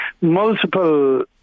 multiple